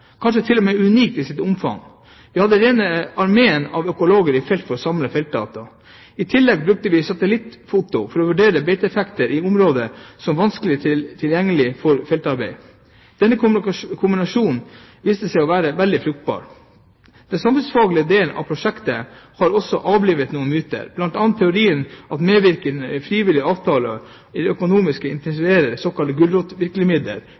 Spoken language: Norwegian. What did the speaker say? kanskje til og med unikt i sitt omfang. Vi hadde rene armeen av økologer i felt for å samle feltdata. I tillegg brukte vi satelittfoto til å vurdere beiteeffekter i områder som var vanskelig tilgjengelige for feltarbeid. Den kombinasjonen viste seg å være veldig fruktbar Den samfunnsfaglige delen av prosjektet har også avlivet noen myter. Blant annet teorien om at medvirkning, frivillige avtaler og økonomiske